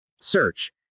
search